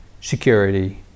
security